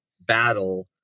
battle